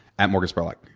at morganspurlock.